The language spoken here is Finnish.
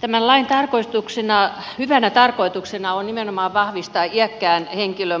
tämän lain hyvänä tarkoituksena on nimenomaan vahvistaa iäkkään henkilön